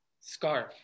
scarf